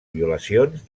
violacions